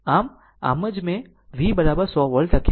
આમ આમ જ મેં V 100 વોલ્ટ લખ્યા છે